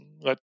Let